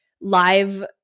live